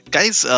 Guys